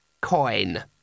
Coin